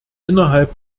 innerhalb